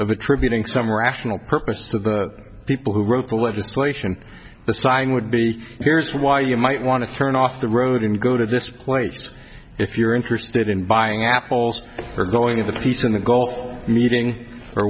attributing some rational purpose to the people who wrote the legislation the sighing would be here's why you might want to turn off the road and go to this place if you're interested in buying apples or going to the peace in the gulf meeting or